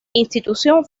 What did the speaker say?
institución